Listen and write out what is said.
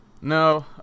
No